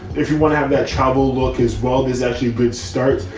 if you want to have that trouble look as well does actually a good start.